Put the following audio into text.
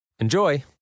Enjoy